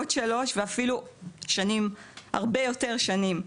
עוד שלוש ואפילו הרבה יותר שנים,